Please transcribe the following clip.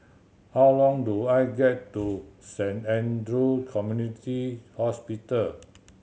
how long do I get to Saint Andrew Community Hospital